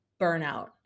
burnout